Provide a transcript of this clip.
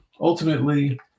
ultimately